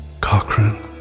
Cochrane